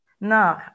No